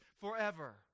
forever